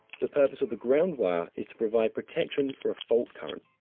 the purpose of the ground wire is to provide protection for a fault current.